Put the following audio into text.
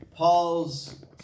Paul's